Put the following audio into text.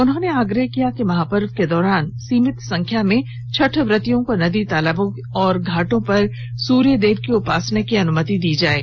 उन्होंने आग्रह किया कि महापर्व के दौरान सीमित संख्या में छठ व्रतियों को नदी तालाबों आदि घाट पर सूर्यदेव की उपासना की अनुमति प्रदान की जाये